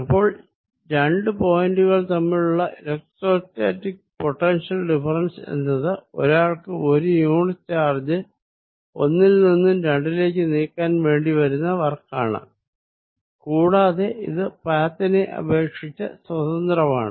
അപ്പോൾ രണ്ടു പോയിന്റുകൾ തമ്മിലുള്ള എലെക്ട്രോസ്റ്റാറ്റിക് പൊട്ടൻഷ്യൽ ഡിഫറെൻസ് എന്നത് ഒരാൾക്ക് ഒരു യൂണിറ്റ് ചാർജ് ഒന്നിൽ നിന്നും രണ്ടിലേക്ക് നീക്കാൻ വേണ്ടി വരുന്ന വർക്കാണ് കൂടാതെ ഇത് പാത്തിനെ അപേക്ഷിച്ച് സ്വതന്ത്രമാണ്